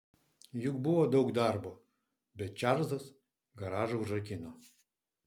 juk buvo daug darbo bet čarlzas garažą užrakino